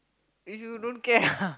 if you don't care lah